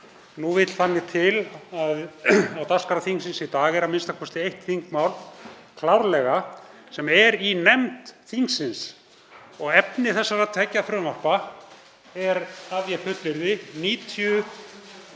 Nú vill þannig til að á dagskrá þingsins í dag er a.m.k. eitt þingmál klárlega sem er í nefnd þingsins og efni þessara tveggja frumvarpa er, að ég fullyrði,